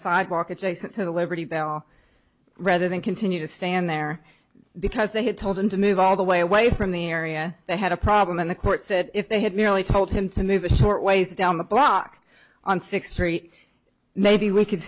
sidewalk adjacent to the liberty bell rather than continue to stand there because they had told him to move all the way away from the area they had a problem and the court said if they had merely told him to move a short ways down the block on sixth street maybe we could